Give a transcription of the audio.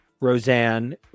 Roseanne